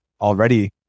already